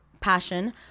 passion